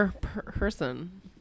person